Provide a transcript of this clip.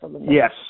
Yes